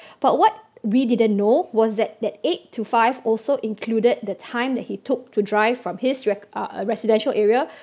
but what we didn't know was that that eight to five also included the time that he took to drive from his rac~ uh uh residential area